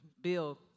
Bill